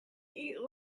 eat